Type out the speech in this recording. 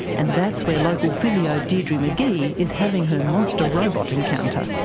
and that's where local physio deirdre mcgee is having her monster robot encounter.